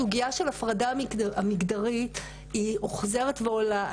הסוגיה של ההפרדה המגדרית חוזרת ועולה.